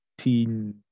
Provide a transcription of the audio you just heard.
18